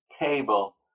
cable